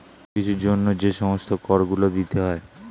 কোন কিছুর জন্য যে সমস্ত কর গুলো দিতে হয়